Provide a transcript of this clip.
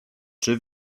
czy